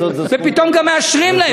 ופתאום גם מאשרים להם?